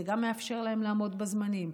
זה גם מאפשר להם לעמוד בזמנים,